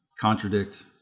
contradict